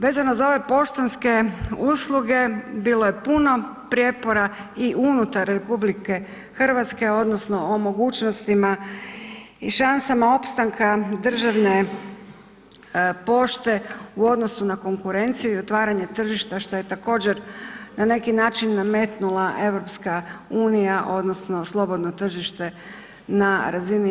Vezano za ove poštanske usluge, bilo je puno prijepora i unutar RH odnosno o mogućnostima i šansama opstanka državne pošte u odnosu na konkurenciju i otvaranje tržišta što je također na neki način nametnula EU odnosno slobodno tržište na razini EU.